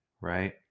right